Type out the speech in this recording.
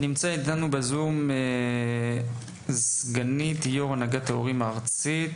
נמצאת איתנו בזום סגנית יו"ר הנהגת ההורים הארצית,